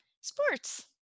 Sports